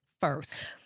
first